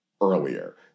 earlier